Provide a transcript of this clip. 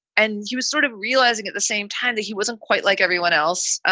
and he was sort of realizing at the same time that he wasn't quite like everyone else,